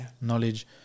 knowledge